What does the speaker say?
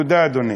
תודה, אדוני.